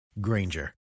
Granger